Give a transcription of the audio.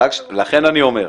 לכן אני אומר,